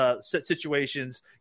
situations